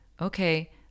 okay